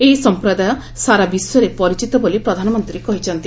ଏହି ସମ୍ପ୍ରଦାୟ ସାରା ବିଶ୍ୱରେ ପରିଚିତ ବୋଲି ପ୍ରଧାନମନ୍ତ୍ରୀ କହିଛନ୍ତି